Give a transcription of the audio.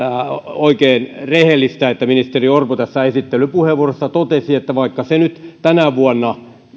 oikein rehellistä että ministeri orpo tässä esittelypuheenvuorossaan totesi että vaikka se nyt tänä vuonna